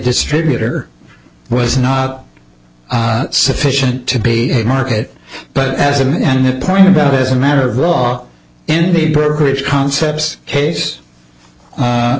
distributor was not sufficient to be a market but as an end point about as a matter of law in the brokerage concepts case